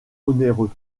onéreux